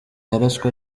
yarashwe